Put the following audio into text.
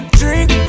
drink